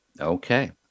Okay